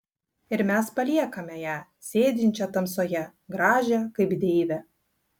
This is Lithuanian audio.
ir mes paliekame ją sėdinčią tamsoje gražią kaip deivę